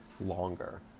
longer